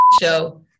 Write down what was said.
show